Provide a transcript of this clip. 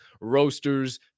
roasters